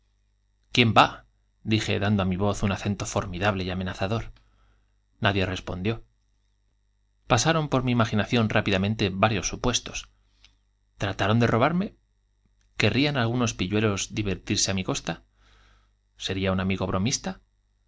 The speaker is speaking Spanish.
quién va dije dando á mt voz un acento formidable y amenazador nadie respondió pasaron por mi imaginación rápi damente varios supuestos trataron de robarme querrían algunos pilluelos divertirse á mi costa sería un amigo bromista